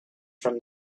from